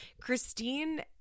Christine